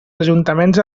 ajuntaments